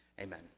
amen